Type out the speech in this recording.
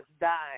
dying